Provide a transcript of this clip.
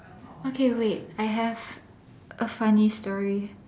okay wait I have a funny story